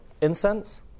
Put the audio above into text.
incense